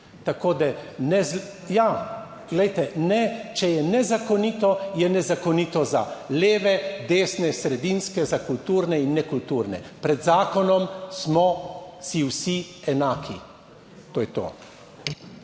Tako, da ne, ja, glejte, ne, če je nezakonito, je nezakonito za leve, desne, sredinske, za kulturne in ne kulturne. Pred zakonom smo si vsi enaki. To je to.